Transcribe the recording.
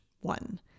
one